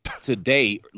today